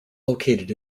located